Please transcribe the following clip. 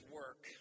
work